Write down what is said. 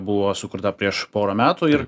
buvo sukurta prieš porą metų ir